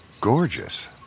gorgeous